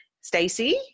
Stacey